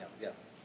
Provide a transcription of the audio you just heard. Yes